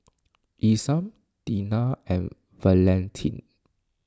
Isam Deena and Valentin